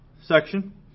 section